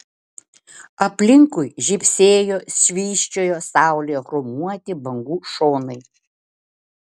aplinkui žybsėjo švysčiojo saulėje chromuoti bangų šonai